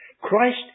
Christ